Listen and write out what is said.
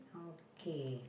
okay